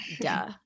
Duh